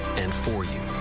and for you.